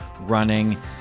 running